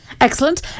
Excellent